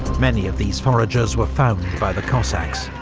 many of these foragers were found by the cossacks,